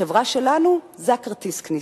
בחברה שלנו זה כרטיס הכניסה,